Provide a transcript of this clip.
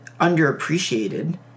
underappreciated